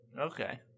Okay